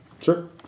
Sure